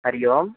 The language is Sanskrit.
हरिः ओम्